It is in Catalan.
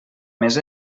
més